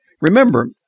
Remember